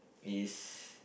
is